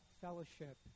fellowship